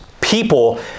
people